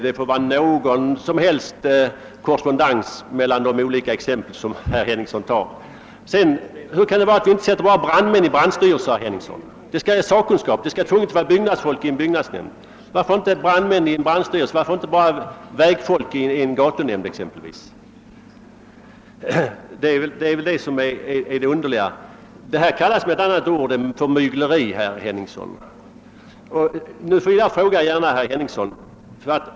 Det får vara någon liten korrespondens mellan de olika exempel som herr Henningsson tar. Hur kan det komma sig att vi inte sätter våra brandmän i brandstyrelser, herr Henningsson? Det skulle ju vara sakkunskap! Man hävdar här att det absolut skall vara byggnadsfolk i en byggnadsnämnd. Varför skulle man inte då sätta brandmän i en brandstyrelse eller bara vägfolk i en gatunämnd? Detta kallas med ett annat ord mygleri, herr Henningsson.